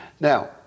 Now